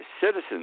Citizens